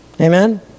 Amen